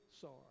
sorry